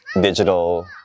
digital